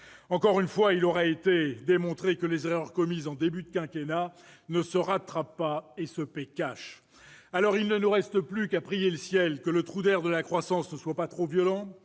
Encore une fois, il aura été démontré que les erreurs commises en début de quinquennat ne se rattrapent pas et se paient cash. Il ne nous reste plus qu'à prier le ciel, pour que le trou d'air de la croissance ne soit pas trop violent ;